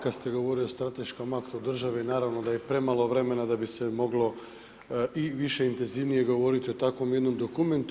Kada ste govorili o strateškom aktu države, naravno da je premalo vremena da bi se moglo i više i intenzivnije govoriti o takvom jednom dokumentu.